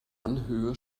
anhöhe